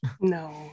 No